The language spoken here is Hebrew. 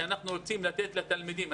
שאנחנו רוצים לתת לתלמידים.